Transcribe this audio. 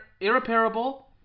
irreparable